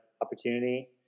opportunity